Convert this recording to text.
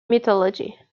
mythology